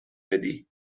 بدی